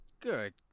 Good